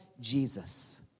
Jesus